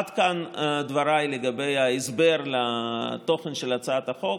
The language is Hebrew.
עד כאן דבריי לגבי ההסבר לתוכן של הצעת החוק.